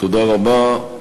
תודה רבה.